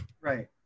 Right